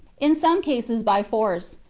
in some cases by force,